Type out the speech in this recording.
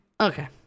Okay